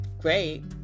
great